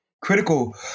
Critical